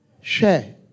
Share